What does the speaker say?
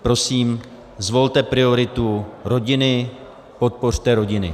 Prosím, zvolte prioritu rodiny, podpořte rodiny.